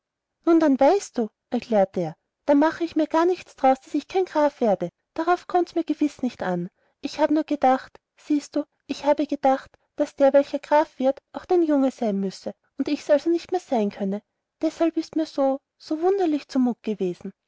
nun dann weißt du erklärte er dann mache ich mir gar nichts daraus daß ich kein graf werde darauf kommt mir's gewiß nicht an ich habe nur gedacht siehst du ich habe gedacht daß der welcher graf wird auch dein junge sein müsse und ich's also nicht mehr sein könne deshalb ist mir so so wunderlich zu mut gewesen